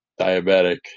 diabetic